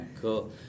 cool